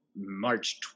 March